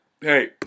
hey